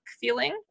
feeling